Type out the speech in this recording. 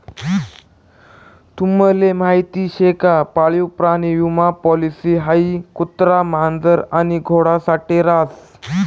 तुम्हले माहीत शे का पाळीव प्राणी विमा पॉलिसी हाई कुत्रा, मांजर आणि घोडा साठे रास